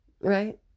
right